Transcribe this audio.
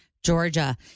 Georgia